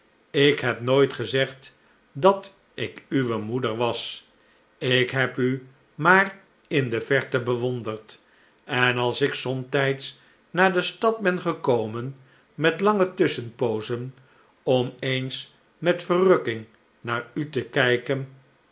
ik heb nooit gezegd dat ik uwe moeder was ik heb u maar in de verte bewonderd en als ik somtijds naar de stad ben gekomen met lange tusschenpoozen om eens met verrukking naar u te kijken